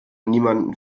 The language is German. niemanden